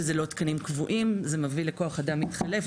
שזה לא תקנים קבועים, זה מביא לכוח אדם מתחלף.